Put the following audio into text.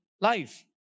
life